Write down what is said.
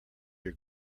your